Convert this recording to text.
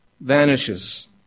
vanishes